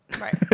Right